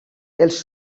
els